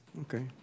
Okay